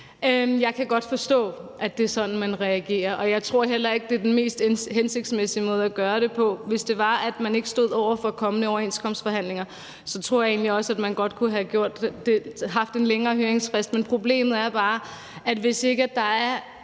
Jeg kan godt forstå, at det er sådan, man reagerer, og jeg tror heller ikke, det er den mest hensigtsmæssige måde at gøre det på. Hvis ikke man stod over for nogle kommende overenskomstforhandlinger, tror jeg egentlig også godt, man kunne have haft en længere høringsfrist. Men problemet er bare, at hvis ikke der er